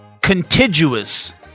Contiguous